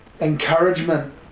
encouragement